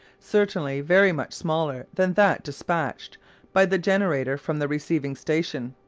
certainly very much smaller than that despatched by the generator from the receiving station.